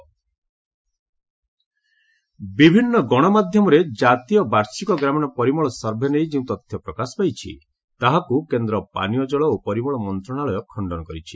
sanitary survey ବିଭିନ୍ନ ଗଣମାଧ୍ୟମରେ ଜାତୀୟ ବାର୍ଷିକ ଗ୍ରାମୀଣ ପରିମଳ ସର୍ଭେ ନେଇ ଯେଉଁ ତଥ୍ୟ ପ୍ରକାଶ ପାଇଛି ତାହାକୁ କେନ୍ଦ୍ର ପାନୀୟ ଜଳ ଓ ପରିମଳ ମନ୍ତ୍ରଣାଳୟ ଖଶ୍ଚନ କରିଛି